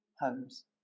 homes